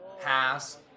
Pass